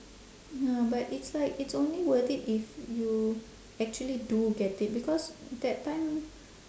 ya but it's like it's only worth it if you actually do get it because that time